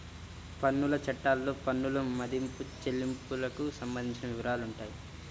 పన్నుల చట్టాల్లో పన్నుల మదింపు, చెల్లింపులకు సంబంధించిన వివరాలుంటాయి